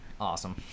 awesome